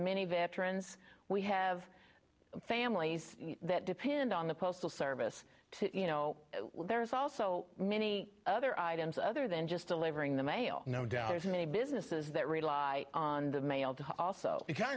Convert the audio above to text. many veterans we have families that depend on the postal service to you know there's also many other items other than just delivering the mail no doubt there's many businesses that rely on the mail to also be